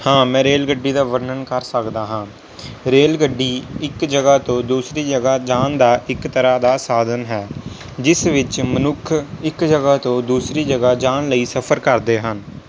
ਹਾਂ ਮੈਂ ਰੇਲ ਗੱਡੀ ਦਾ ਵਰਣਨ ਕਰ ਸਕਦਾ ਹਾਂ ਰੇਲ ਗੱਡੀ ਇੱਕ ਜਗ੍ਹਾ ਤੋਂ ਦੂਸਰੀ ਜਗ੍ਹਾ ਜਾਣ ਦਾ ਇੱਕ ਤਰ੍ਹਾਂ ਦਾ ਸਾਧਨ ਹੈ ਜਿਸ ਵਿੱਚ ਮਨੁੱਖ ਇੱਕ ਜਗ੍ਹਾ ਤੋਂ ਦੂਸਰੀ ਜਗ੍ਹਾ ਜਾਣ ਲਈ ਸਫ਼ਰ ਕਰਦੇ ਹਨ